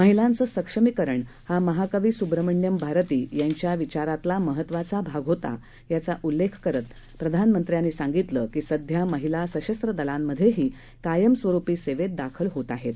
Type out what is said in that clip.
महिलांचंसक्षमीकरणहामहाकवीसुब्रम्हमण्यभारतीयांच्याविचारातलामहत्त्वाचाभागहोता याचाउल्लेखकरतप्रधानमंत्र्यांनीसांगितलं कीसध्यामहिलासशस्त्रदलांमधेहीकायमस्वरुपीसेवेतदाखलहोतआहेत